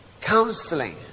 counseling